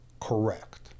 correct